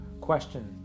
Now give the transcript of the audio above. question